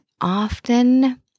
often